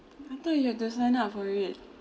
I though you have to sign up for it